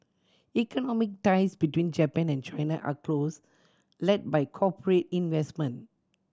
economic ties between Japan and China are close led by corporate investment